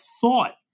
thought